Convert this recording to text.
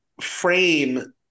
frame